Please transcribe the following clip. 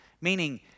Meaning